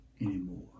anymore